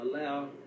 allow